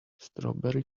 strawberry